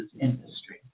industry